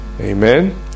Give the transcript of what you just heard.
Amen